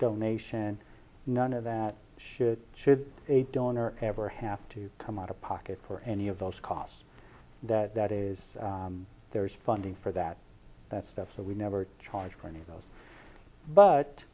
donation none of that should should a donor ever have to come out of pocket for any of those costs that that is there is funding for that stuff so we never charge for any of those but